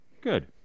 good